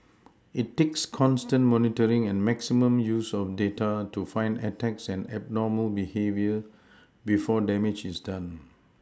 it takes constant monitoring and maximum use of data to find attacks and abnormal behaviour before damage is done